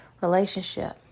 relationship